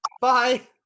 Bye